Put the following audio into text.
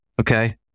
Okay